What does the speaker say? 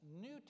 New